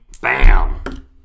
Bam